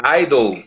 idol